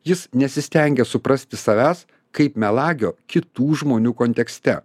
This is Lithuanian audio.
jis nesistengia suprasti savęs kaip melagio kitų žmonių kontekste